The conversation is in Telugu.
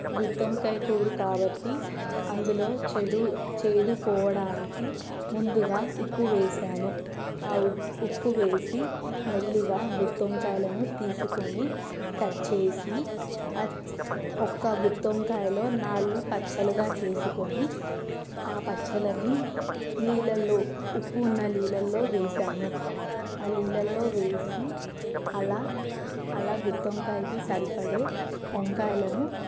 గుత్తి వంకాయ కూర కాబట్టి అందులో చెడు చేదు పోవడానికి ముందుగా ఉప్పు వేసాను ఆ ఉప్పు ఉప్పు వేసి మెల్లిగా గుత్తి వంకాయలను తీసుకొని కట్ చేసి అచ్ ఒక్క గుత్తి వంకాయలో నాలుగు పచ్చలుగా చేసుకొని ఆ పచ్చలని నీళ్ళలో ఉప్పు ఉన్న నీళ్ళలో వేసాను ఆ నీళ్ళలో వేసి అలా అలా గుత్తి వంకాయకి సరిపడే వంకాయలను